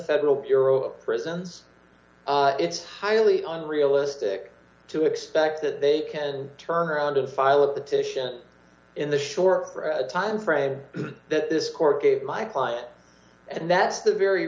federal bureau of prisons it's highly unrealistic to expect that they can turn around and file a petition in the short for a timeframe that this court gave my client and that's the very